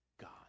God